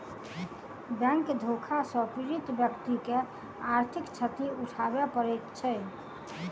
bank धोखा सॅ पीड़ित व्यक्ति के आर्थिक क्षति उठाबय पड़ैत छै